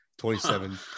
27